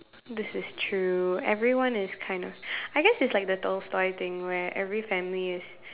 this is true everyone is kind of I guess it's like the Tolstoy thing where every family is